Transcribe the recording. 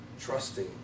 trusting